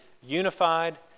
unified